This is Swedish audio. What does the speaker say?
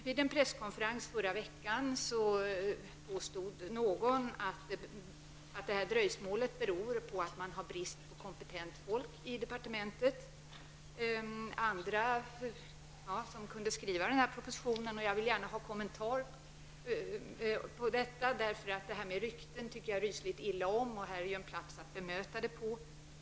Vid en presskonferens förra veckan påstod någon att dröjsmålet berodde på brist på kompetent folk i departementet som skulle kunna skriva denna proposion. Jag vill gärna ha en kommentar, för rykten tycker jag rysligt illa om. Här är en plats att bemöta dem på.